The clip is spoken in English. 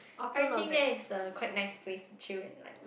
everything there is a quite nice place to chill and like